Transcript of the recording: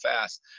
fast